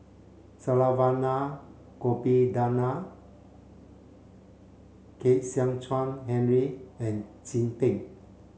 Saravanan Gopinathan Kwek Hian Chuan Henry and Chin Peng